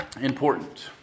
important